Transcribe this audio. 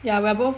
ya we're both